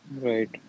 Right